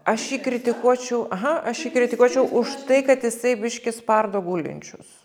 aš jį kritikuočiau aha aš kritikuočiau už tai kad jisai biškį spardo gulinčius